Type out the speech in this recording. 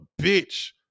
bitch